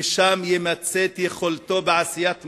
ושם ימצה את יכולתו בעשיית מחקר,